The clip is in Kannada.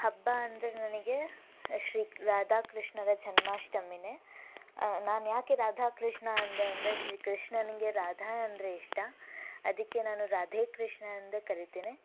ಹಬ್ಬ ಅಂದರೆ ನನಗೆ ಶ್ರೀ ರಾಧಾಕೃಷ್ಣರ ಜನ್ಮಾಷ್ಟಮಿನೆ ನಾನ್ನ್ಯಾಕೆ ರಾಧಾಕೃಷ್ಣ ಅಂದೆ ಅಂದರೆ ಶ್ರೀ ಕೃಷ್ಣನಿಗೆ ರಾಧಾ ಅಂದರೆ ಇಷ್ಟ ಅದಕ್ಕೆ ನಾನು ರಾಧೆ ಕೃಷ್ಣ ಅಂದೇ ಕರಿತೇನೆ